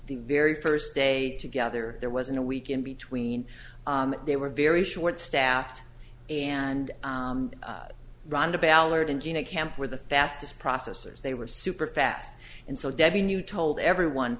the very first day together there wasn't a week in between they were very short staffed and rhonda ballard and gina camp where the fastest processors they were super fast and so debbie knew told everyone